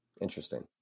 Interesting